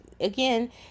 again